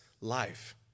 life